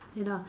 you know